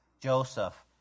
Joseph